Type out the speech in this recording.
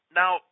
now